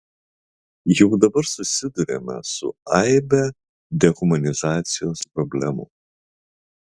jau dabar susiduriame su aibe dehumanizacijos problemų